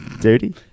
Dirty